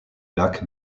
lac